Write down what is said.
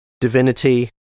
divinity